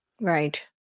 Right